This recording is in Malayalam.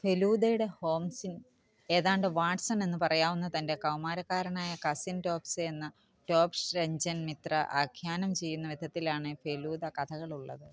ഫെലൂദയുടെ ഹോംസിൻ ഏതാണ്ട് വാട്സൻ എന്ന് പറയാവുന്ന തന്റെ കൗമാരക്കാരനായ കസിൻ ടോപ്സെ എന്ന ടോപ്ഷ് രഞ്ജൻ മിത്ര ആഖ്യാനം ചെയ്യുന്ന വിധത്തിലാണ് ഫെലൂദ കഥകളുള്ളത്